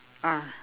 ah